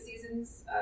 seasons